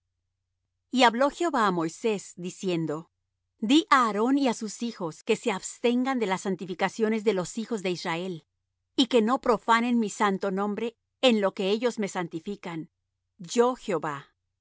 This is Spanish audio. y hablo jehová á moisés diciendo di á aarón y á sus hijos que se abstengan de las santificaciones de los hijos de israel y que no profanen mi santo nombre en lo que ellos me santifican yo jehová